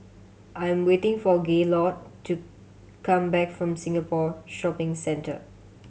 I'm waiting for Gaylord to come back from Singapore Shopping Centre